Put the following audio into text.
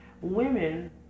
women